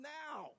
now